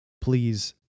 please